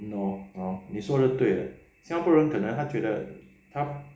!hannor! hor 你说得对 leh 新加坡人可能他觉得他